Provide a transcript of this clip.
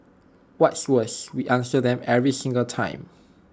what's worse we answer them every single time